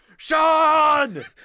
Sean